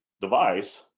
device